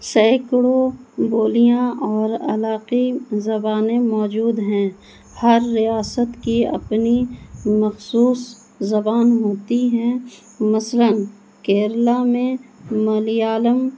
سینکڑو بولیاں اور علاقی زبانیں موجود ہیں ہر ریاست کی اپنی مخصوص زبان ہوتی ہیں مثلاً کیرلا میں ملیالم